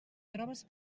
trobes